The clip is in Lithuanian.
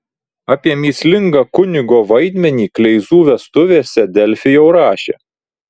apie mįslingą kunigo vaidmenį kleizų vestuvėse delfi jau rašė